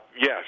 yes